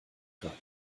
greift